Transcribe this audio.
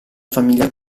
famiglia